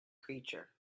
creature